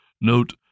Note